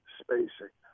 spacing